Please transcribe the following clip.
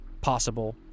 possible